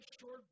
short